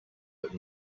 but